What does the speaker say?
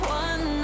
one